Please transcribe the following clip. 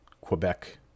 Quebec